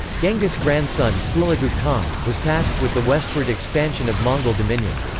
genghis' grandson, hulagu khan, was tasked with the westward expansion of mongol dominion.